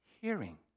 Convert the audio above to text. hearing